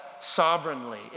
sovereignly